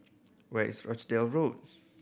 where is Rochdale Road